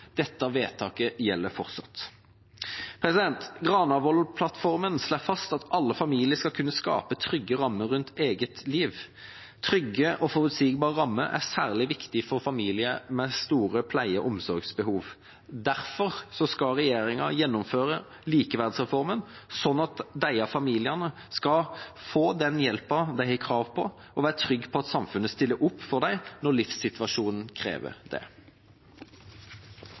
Dette vedtaket gjelder fortsatt. Granavolden-plattformen slår fast at alle familier skal kunne skape trygge rammer rundt eget liv. Trygge og forutsigbare rammer er særlig viktig for familier med store pleie- og omsorgsbehov. Derfor skal regjeringa gjennomføre likeverdsreformen, sånn at disse familiene skal få den hjelpen de har krav på, og være trygge på at samfunnet stiller opp for dem når livssituasjonen krever det.